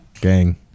gang